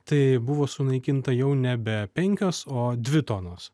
tai buvo sunaikinta jau nebe penkios o dvi tonos